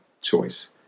choice